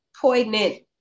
poignant